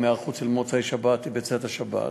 עם היערכות בצאת השבת.